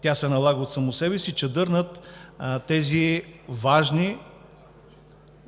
тя се налага от само себе си – чадър над тези важни